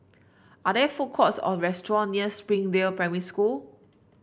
are there food courts or restaurant near Springdale Primary School